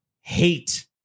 hate